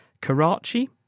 Karachi